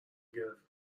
گرفت